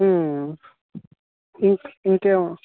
ఇంక ఇంకేం